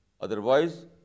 Otherwise